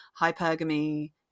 hypergamy